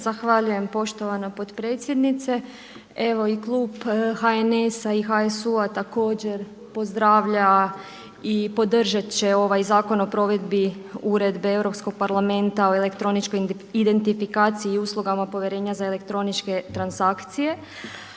Zahvaljujem poštovana potpredsjednice. Evo i klub HNS-HSU-a također pozdravlja i podržat će ovaj Zakon o provedbi Uredbe Europskog parlamenta o elektroničkoj identifikaciji i uslugama povjerenja za elektroničke transakcije.